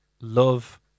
love